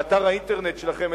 באתר האינטרנט שלכם,